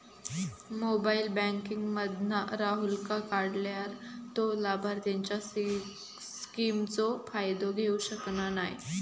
mobile banking मधना राहूलका काढल्यार तो लाभार्थींच्या स्किमचो फायदो घेऊ शकना नाय